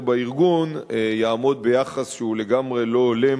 בארגון יעמוד ביחס שהוא לגמרי לא הולם